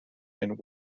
and